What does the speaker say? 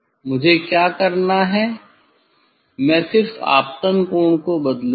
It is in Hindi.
मुझे क्या करना है मैं सिर्फ आपतन कोण को बदलूंगा